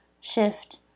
shift